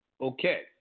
Okay